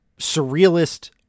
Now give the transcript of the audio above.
surrealist